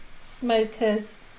smokers